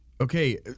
Okay